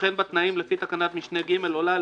וכן בתנאים לפי תקנת משנה (ג) עולה על